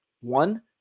One